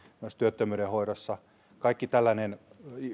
myös työttömyyden hoidossa kaikki tällainen